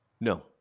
No